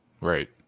right